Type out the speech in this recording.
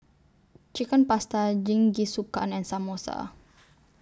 Chicken Pasta Jingisukan and Samosa